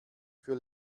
für